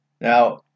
Now